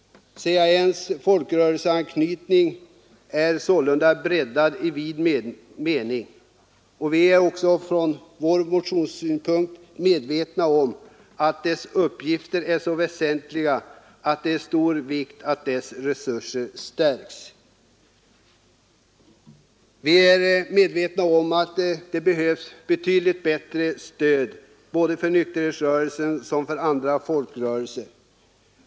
CAN :s folkrörelseanknytning är sålunda breddad i verklig mening. Vi motionärer är medvetna om att förbundets uppgifter är så väsentliga att det är av stor vikt att dess resurser förstärks. Vi anser också att nykterhetsrörelsen och andra folkrörelser behöver ett betydligt bättre stöd.